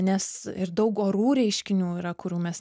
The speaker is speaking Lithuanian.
nes ir daug orų reiškinių yra kurių mes